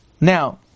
Now